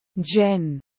Jen